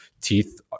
teeth